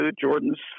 Jordan's